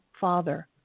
father